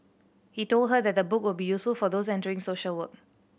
he told her that the book will be useful for those entering social work